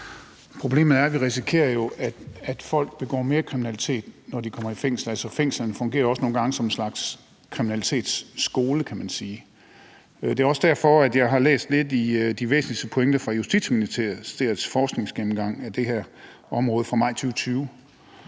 Problemet er, at vi jo risikerer, at folk begår mere kriminalitet, når de kommer i fængsel; altså, fængslerne fungerer jo også nogle gange som en slags kriminalitetsskole, kan man sige. Det er også derfor, jeg har læst lidt i de væsentligste pointer fra Justitsministeriets forskningsgennemgang af det her område fra maj 2020,